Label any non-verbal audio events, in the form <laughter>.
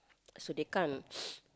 so they can't <noise>